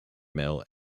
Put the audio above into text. mill